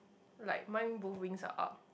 like mine both wings are up